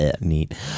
neat